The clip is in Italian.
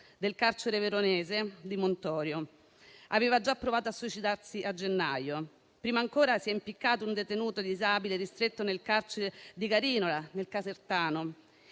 del carcere veronese di Montorio. Aveva già provato a suicidarsi a gennaio; prima ancora si è impiccato un detenuto disabile ristretto nel carcere di Carinola, nel Casertano.